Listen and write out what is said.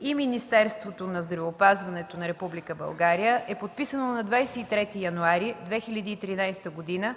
и Министерството на здравеопазването на Република България е подписано на 23 януари 2013 г.